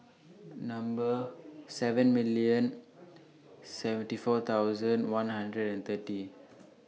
Number seven million seventy four thousand one hundred and thirty